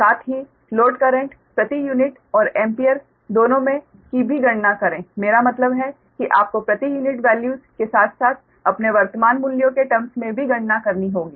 साथ ही load current प्रति यूनिट और एम्पियर दोनों में की भी गणना करें मेरा मतलब है कि आपको प्रति यूनिट वैल्यूस के साथ साथ अपने वर्तमान मूल्यों के टर्म्स में भी गणना करनी होगी